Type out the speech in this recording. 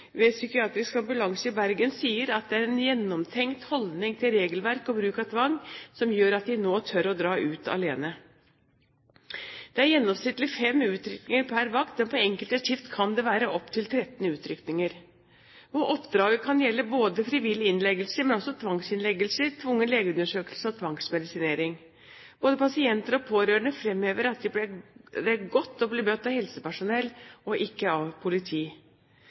ved psykiatrisk ambulanse i Bergen sier at det er en gjennomtenkt holdning til regelverk og bruk av tvang som gjør at de nå tør å dra ut alene. Det er gjennomsnittlig fem utrykninger per vakt, men på enkelte skift kan det være opptil 13 utrykninger. Oppdraget kan gjelde både frivillig innleggelse, tvangsinnleggelse, tvungen legeundersøkelse og tvangsmedisinering. Både pasienter og pårørende framhever at det er godt å bli møtt av helsepersonell og ikke av politi.